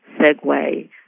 segue